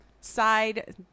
side